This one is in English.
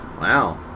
Wow